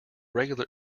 regular